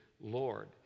lord